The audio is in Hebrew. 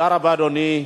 תודה רבה, אדוני.